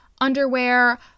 underwear